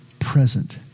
present